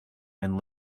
and